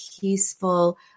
peaceful